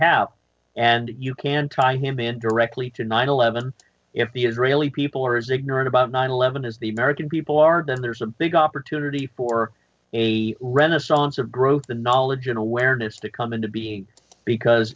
have and you can tie him in directly to nine eleven if the israeli people are as ignorant about nine eleven as the american people are then there's a big opportunity for a renaissance of growth the knowledge and awareness to come into being because